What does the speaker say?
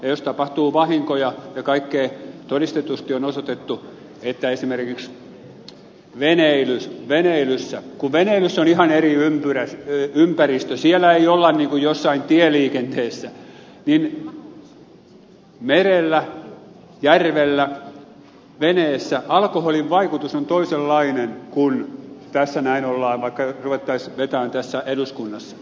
jos tapahtuu vahinkoja ja kaikkea niin todistetusti on osoitettu että esimerkiksi kun veneilyssä on ihan eri ympäristö siellä ei olla niin kuin jossain tieliikenteessä niin merellä järvellä veneessä alkoholin vaikutus on toisenlainen kuin tässä näin ollaan vaikka ruvettaisiin vetämään tässä eduskunnassa